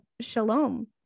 shalom